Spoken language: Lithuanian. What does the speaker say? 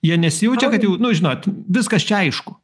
jie nesijaučia kad jau nu žinot viskas čia aišku